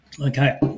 okay